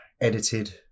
edited